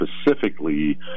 specifically